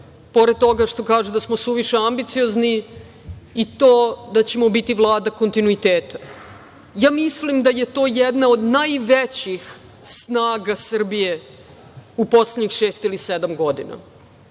pored toga što kažu da smo suviše ambiciozni, i to da ćemo biti vlada kontinuiteta. Ja mislim da je to jedna od najvećih snaga Srbije u poslednjih šest ili sedam godina.